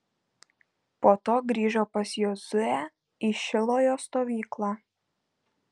po to grįžo pas jozuę į šilojo stovyklą